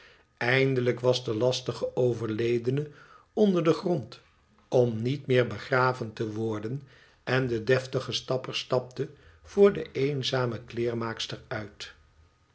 eindelijk was de lastige overledene onder den grond om niet meer begraven te worden en de deftige stapper stapte voor de eenzame kleermaakster uit